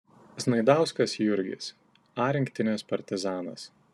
znaidauskas jurgis a rinktinės partizanas